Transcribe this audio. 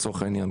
לצורך העניין,